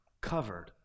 Covered